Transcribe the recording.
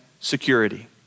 security